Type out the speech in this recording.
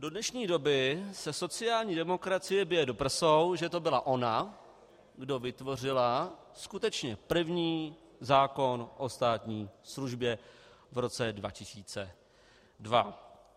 Do dnešní doby se sociální demokracie bije do prsou, že to byla ona, kdo vytvořil skutečně první zákon o státní službě v roce 2002.